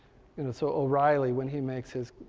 you know so o'reilly, when he makes his,